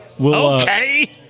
okay